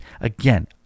again